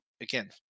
again